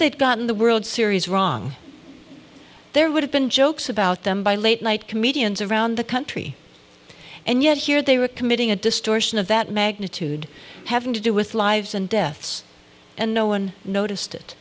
they'd gotten the world series wrong there would have been jokes about them by late night comedians around the country and yet here they were committing a distortion of that magnitude having to do with lives and deaths and no one noticed it